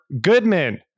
Goodman